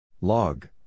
Log